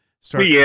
start